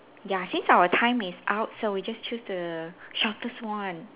ya since our time is up so we just choose the shortest one